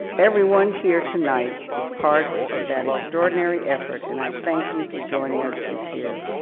everyone here tonight is part of that extraordinary effort, and i thank you for joining us this year.